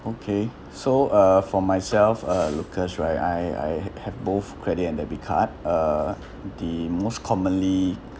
okay so uh for myself uh lucas right I I have have both credit and debit card uh the most commonly